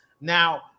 Now